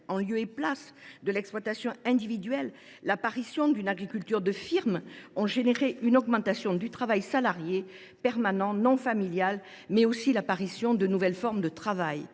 en lieu et place de l’exploitation individuelle et l’apparition d’une agriculture de firme ont généré une augmentation du travail salarié permanent non familial ainsi que l’apparition de nouvelles formes de travail.